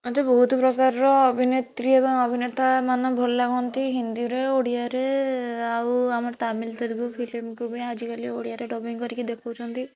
ମୋତେ ବହୁତ ପ୍ରକାରର ଅଭିନେତ୍ରୀ ଏବଂ ଅଭିନେତା ମାନେ ଭଲ ଲାଗନ୍ତି ହିନ୍ଦୀରେ ଓଡ଼ିଆରେ ଆଉ ଆମର ତାମିଲ ତେଲୁଗୁ ଫିଲ୍ମକୁ ବି ଆଜିକାଲି ଓଡ଼ିଆରେ ଡବିଙ୍ଗ କରି ଦେଖାଉଛନ୍ତି